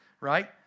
right